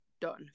Done